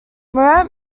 murat